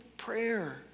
prayer